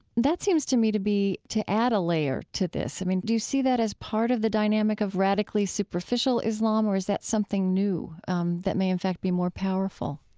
that seems to me to be to add a layer to this. i mean, do you see that as part of the dynamic of radically superficial islam or is that something new um that may, in fact, be more powerful?